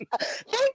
Thank